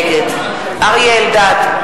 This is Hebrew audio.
נגד אריה אלדד,